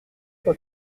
quoi